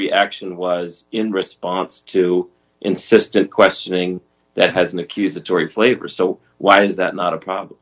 reaction was in response to insistent questioning that has an accusatory flavor so why is that not a problem